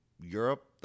Europe